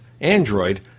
Android –